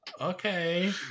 Okay